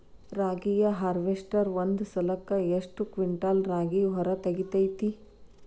ರಾಗಿಯ ಹಾರ್ವೇಸ್ಟರ್ ಒಂದ್ ಸಲಕ್ಕ ಎಷ್ಟ್ ಕ್ವಿಂಟಾಲ್ ರಾಗಿ ಹೊರ ತೆಗಿತೈತಿ?